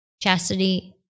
chastity